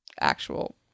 actual